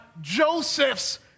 Joseph's